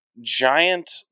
giant